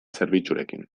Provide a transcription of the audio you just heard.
zerbitzurekin